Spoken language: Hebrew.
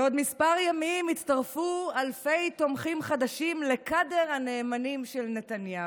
בעוד כמה ימים יצטרפו אלפי תומכים חדשים לקאדר הנאמנים של נתניהו.